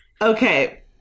Okay